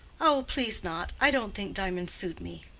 oh, please not. i don't think diamonds suit me.